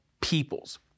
peoples